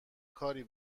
کاری